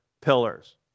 pillars